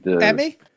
Emmy